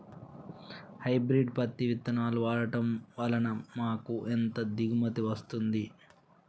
Hybrid పత్తి విత్తనాలు వాడడం వలన మాకు ఎంత దిగుమతి వస్తుంది?